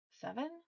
seven